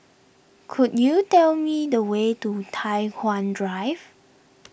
could you tell me the way to Tai Hwan Drive